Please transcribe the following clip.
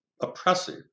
oppressive